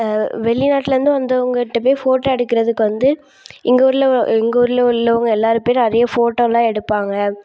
வெளிநாட்டிலருந்து வந்தவங்கள் கிட்டே போய் ஃபோட்டோ எடுக்கிறதுக்கு வந்து எங்கள் ஊரில் எங்கள் ஊரில் உள்ளவங்கள் எல்லாேரும் போய் நிறையா ஃபோட்டோவெல்லாம் எடுப்பாங்க